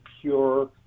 pure